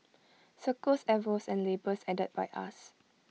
circles arrows and labels added by us